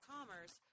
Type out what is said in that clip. Commerce